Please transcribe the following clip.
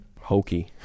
hokey